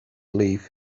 leave